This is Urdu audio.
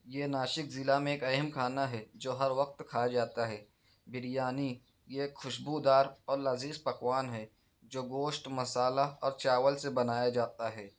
یہ ناسک ضلع میں ایک اہم کھانا ہے جو ہر وقت کھایا جاتا ہے بریانی یہ خوشبودار اور لذیذ پکوان ہے جو گوشت مسالہ اور چاول سے بنایا جاتا ہے